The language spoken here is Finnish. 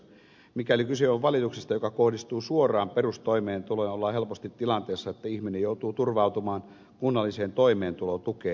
mikäli kyse on valituksesta joka kohdistuu suoraan perustoimeentuloon ollaan helposti tilanteessa että ihminen joutuu turvautumaan kunnalliseen toimeentulotukeen